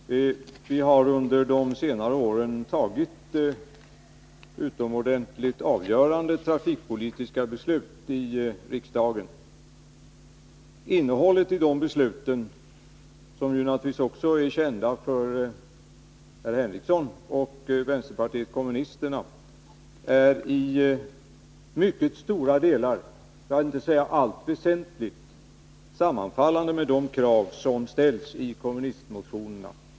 Herr talman! Vi har under de senare åren fattat utomordentligt avgörande trafikpolitiska beslut i riksdagen. Innehållet i de besluten, som naturligtvis också är känt för herr Henricsson och vänsterpartiet kommunisterna, är i mycket stora delar för att inte säga allt väsentligt sammanfallande med de krav som ställs i kommunistmotionerna.